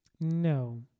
No